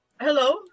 hello